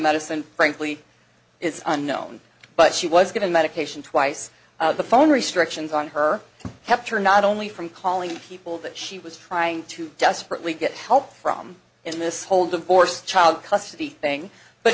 medicine frankly is unknown but she was given medication twice the phone restrictions on her kept her not only from calling people that she was trying to desperately get help from in this whole divorce child custody thing but